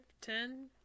Ten